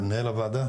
מנהל הוועדה,